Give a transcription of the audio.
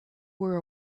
were